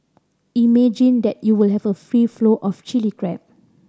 imagine that you will have a free flow of Chilli Crab